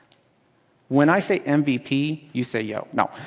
when i say mvp, you say yo no.